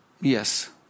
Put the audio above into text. yes